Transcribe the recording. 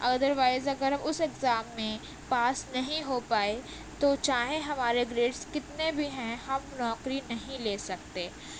otherwise اگر ہم اس ایگزام میں پاس نہیں ہو پائے تو چاہے ہمارے گریڈس کتنے بھی ہیں ہم نوکری نہیں لے سکتے